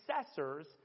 successors